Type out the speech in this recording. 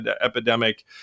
epidemic